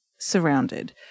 Surrounded